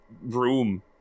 room